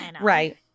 Right